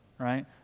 right